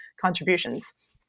contributions